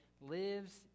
lives